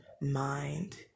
mind